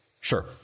Sure